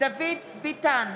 דוד ביטן,